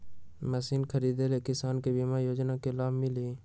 Machine खरीदे ले किसान के बीमा योजना के लाभ मिली?